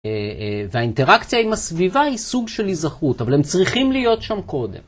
והאינטרקציה עם הסביבה היא סוג של היזכרות, אבל הם צריכים להיות שם קודם.